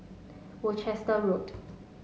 Worcester Road